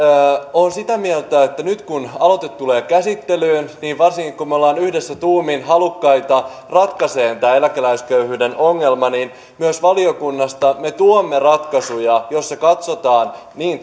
olen sitä mieltä että nyt kun aloite tulee käsittelyyn varsinkin kun me olemme yhdessä tuumin halukkaita ratkaisemaan tämän eläkeläisköyhyyden ongelman niin myös valiokunnasta me tuomme ratkaisuja joissa katsotaan niin